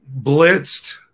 blitzed